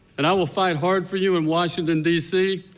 and i will fight hard for you in washington, d c.